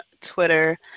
Twitter